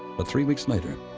but three weeks later,